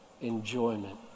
enjoyment